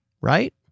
right